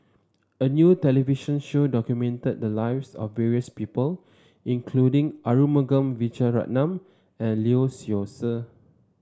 a new television show documented the lives of various people including Arumugam Vijiaratnam and Lee Seow Ser